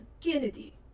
Kennedy